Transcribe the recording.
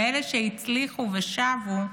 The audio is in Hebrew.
מאלה שהצליחו ושבו,